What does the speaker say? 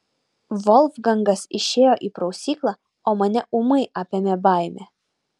volfgangas išėjo į prausyklą o mane ūmai apėmė baimė